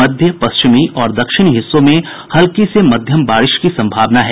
मध्य पश्चिमी और दक्षिणी हिस्सों में हल्की से मध्यम बारिश की सम्भावना है